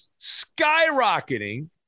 skyrocketing